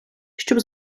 щоб